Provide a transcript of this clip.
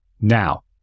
Now